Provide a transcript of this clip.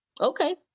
okay